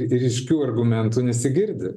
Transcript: ryškių argumentų nesigirdi